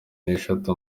n’eshatu